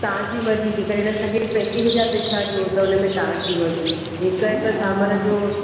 तव्हां जी मर्ज़ी जे करे हिन सॼे पैकेज जा पेसा ॾियो त उनमें तव्हां जी मर्ज़ी हिक हिक सामाननि जो